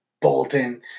Bolton